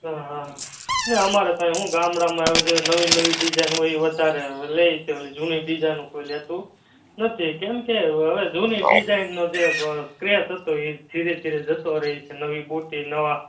હા હા ના અમારે તો શું અહીં ગામડામાં હવે તો નવી નવી ડિઝાઈનો હોય એ વધારે હવે લે જૂની ડિઝાઈનો કોઈ લેતું નથી કેમકે હવે જૂની ડિઝાઈનનો જે ક્રેઝ હતો એ ધીરે ધીરે જતો રહે છે નવી બુટ્ટી નવા